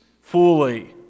fully